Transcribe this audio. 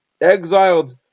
exiled